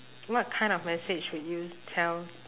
what kind of message would you tell